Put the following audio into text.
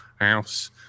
house